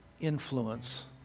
influence